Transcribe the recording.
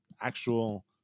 Actual